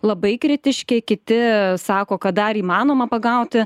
labai kritiški kiti sako kad dar įmanoma pagauti